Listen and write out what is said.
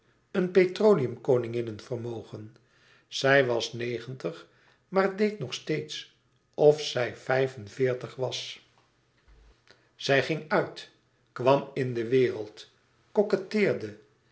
een petroleum koninginne vermogen zij was negentig maar deed nog steeds of zij vijf-en-veertig was zij ging uit kwam in de wereld